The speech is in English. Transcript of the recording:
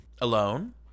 alone